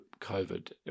COVID